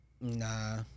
nah